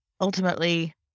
ultimately